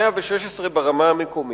116 ברמה המקומית,